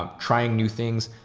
um trying new things.